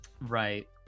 right